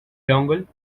dongle